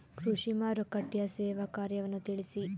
ಕೃಷಿ ಮಾರುಕಟ್ಟೆಯ ಸೇವಾ ಕಾರ್ಯವನ್ನು ತಿಳಿಸಿ?